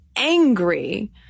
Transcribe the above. angry